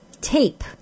tape